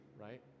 right